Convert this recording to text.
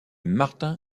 martin